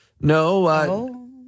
no